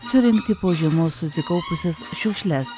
surinkti po žiemos susikaupusias šiukšles